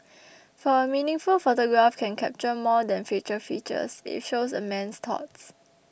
for a meaningful photograph can capture more than facial features it shows a man's thoughts